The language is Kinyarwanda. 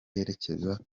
yerekeza